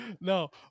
No